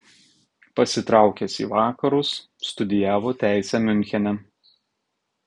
pasitraukęs į vakarus studijavo teisę miunchene